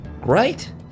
right